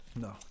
No